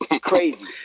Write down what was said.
crazy